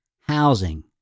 housing